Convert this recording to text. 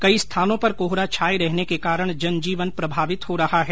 कई स्थानों पर कोहरा छाये रहने के कारण जनजीवन प्रभावित हो रहा है